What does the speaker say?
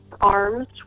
arms